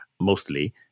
mostly